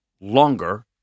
longer